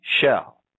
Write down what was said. shell